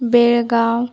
Belgaum